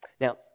Now